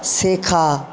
শেখা